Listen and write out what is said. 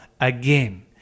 again